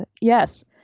Yes